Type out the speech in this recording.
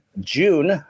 June